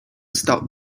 stout